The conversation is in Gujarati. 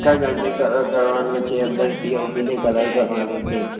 આખા ઘરને કલર કરવાનો છે અંદર પીઓપીને કલર કરવાનો છે